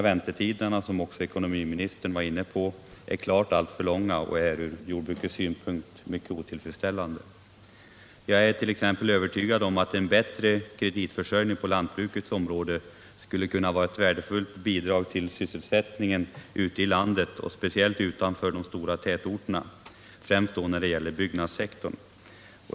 Väntetiderna, som också ekonomiministern tog upp, är klart för långa och från jordbrukets synpunkt mycket otillfredsställande. Jag är t.ex. övertygad om att en bättre kreditförsörjning på lantbrukets område skulle kunna vara ett värdefullt bidrag till sysselsättningen ute i landet, speciellt utanför de stora tätorterna. Detta gäller främst inom byggnadssektorn.